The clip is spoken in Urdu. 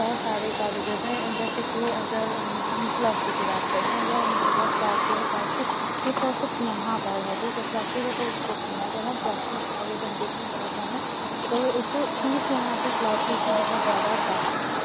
بہت سارے کالجز ہیں جیسے کہ اگر ہم فلاسفی کی بات کر لیں اگر ہمارے پاس فلاسفی ہے فلاسفی صرف اور صرف یہاں پر ہے ٹھیک ہے فلاسفی کا کوئی اسکوپ نہیں ہے اگر ہم فلاسفی سے آگے کنٹینیو کرتے ہیں تو وہ ایک تو سیٹس یہاں پہ فلاسفی کی بہت زیادہ کم ہیں